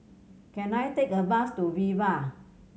can I take a bus to Viva